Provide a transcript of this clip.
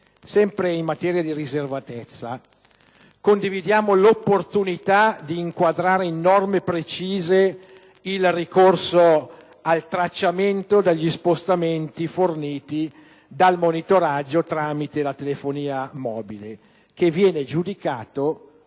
Sempre in materia di riservatezza, condividiamo l'opportunità di inquadrare in norme precise il ricorso al tracciamento degli spostamenti forniti dal monitoraggio tramite la telefonia mobile, che viene giudicato